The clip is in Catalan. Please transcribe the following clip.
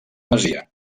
masia